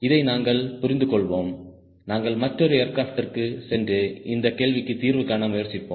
இதை நாங்கள் புரிந்துகொள்வோம் நாங்கள் மற்றொரு ஏர்கிராப்ட் ற்குச் சென்று இந்த கேள்விக்கு தீர்வு காண முயற்சிப்போம்